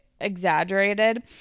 exaggerated